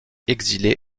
exilé